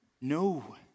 No